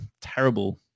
terrible